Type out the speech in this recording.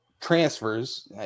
transfers